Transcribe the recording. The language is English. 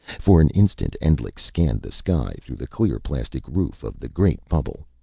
for an instant endlich scanned the sky, through the clear plastic roof of the great bubble.